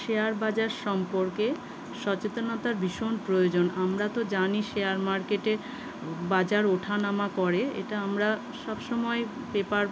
share বাজার সম্পর্কে সচেতনতার ভীষণ প্রয়োজন আমরা তো জানি শেয়ার মার্কেটের বাজার ওঠা নামা করে এটা আমরা সবসময় পেপার